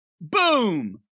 Boom